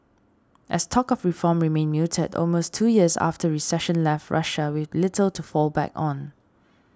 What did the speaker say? as talk of reform remained muted almost two years of recession left Russia with little to fall back on